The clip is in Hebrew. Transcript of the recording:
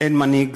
אין מנהיג,